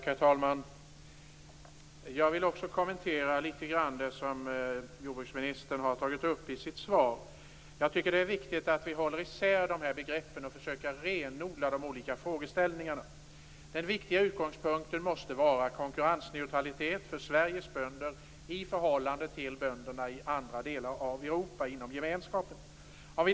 Herr talman! Jag vill också litet grand kommentera det som jordbruksministern har tagit upp i sitt svar. Det är viktigt att vi håller isär begreppen och försöker renodla de olika frågeställningarna. Den viktiga utgångspunkten måste vara konkurrensneutralitet för Sveriges bönder i förhållande till bönderna i andra delar av Europa, inom gemenskapen.